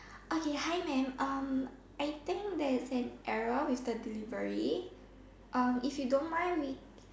okay hi mam um I think there is an error with the delivery um if you don't mind we